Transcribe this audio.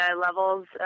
levels